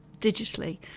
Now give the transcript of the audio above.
digitally